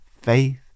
faith